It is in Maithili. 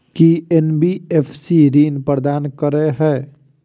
की एन.बी.एफ.सी ऋण प्रदान करे है?